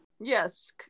Yes